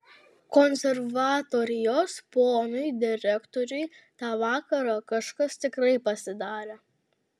konservatorijos ponui direktoriui tą vakarą kažkas tikrai pasidarė